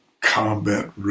combat